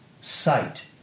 sight